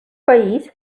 país